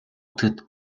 үзэхэд